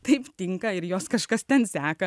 taip tinka ir jos kažkas ten seka